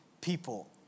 people